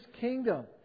kingdom